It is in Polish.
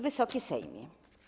Wysoki Sejmie!